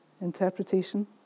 interpretation